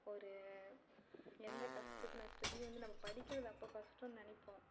ஒரு எந்த கஷ்டத்து நஷ்டத்தையும் வந்து நம்ம படிக்கிறது அப்போது நம்ம கஷ்டம்னு நினைப்போம்